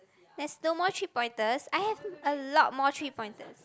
there's no more three pointers I have a lot more three pointers